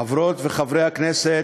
חברות וחברי הכנסת,